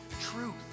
truth